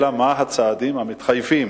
אלא, מה הצעדים המתחייבים.